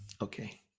Okay